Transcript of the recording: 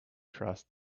trust